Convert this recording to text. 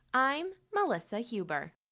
i'm melissa huber